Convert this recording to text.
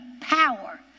power